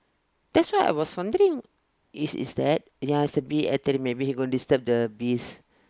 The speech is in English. that's why I was wondering is is that ya is the bee attack him maybe he go disturb the bees